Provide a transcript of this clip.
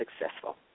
successful